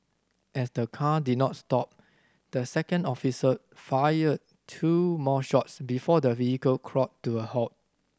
as the car did not stop the second officer fired two more shots before the vehicle crawled to a halt